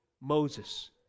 Moses